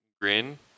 grin